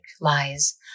lies